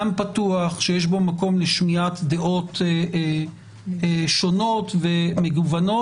פתוח שיש בו מקום לשמיעת דעות שונות ומגוונות.